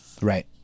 Right